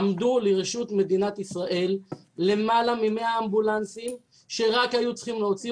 עמדו לרשות מדינת ישראל למעלה מ-100 אמבולנסים שרק היו צריכים להוציא